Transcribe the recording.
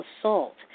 assault